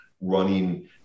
running